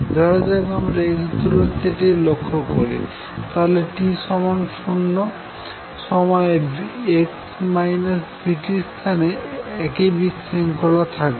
ধরাযাক আমরা x দূরত্বে এই লক্ষ্য করি তাহলে t 0 সময়ে x vt স্থানে একই বিশৃঙ্খলা থাকবে